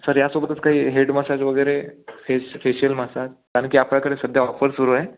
sir यासोबतच काही head massage वगैरे फेश फेशियल मसाज कारण की आपल्याकडे सध्या ऑफर सुरू आहे